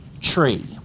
tree